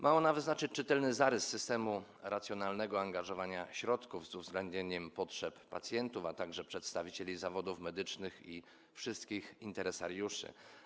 Ma ona wyznaczyć czytelny zarys systemu racjonalnego angażowania środków, z uwzględnieniem potrzeb pacjentów, a także przedstawicieli zawodów medycznych i wszystkich interesariuszy.